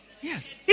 Yes